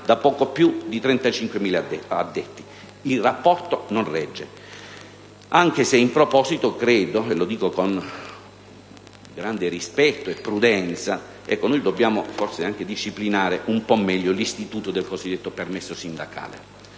da poco più di 35.000 addetti: il rapporto non regge. In proposito, però, credo - lo dico con grande rispetto e prudenza - che dobbiamo forse disciplinare un po' meglio l'istituto del cosiddetto permesso sindacale,